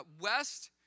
West